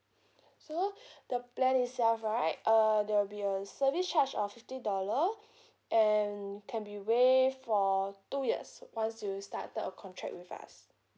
so the plan itself right uh there will be a service charge of fifty dollar and can be waived for two years once you start the contract with us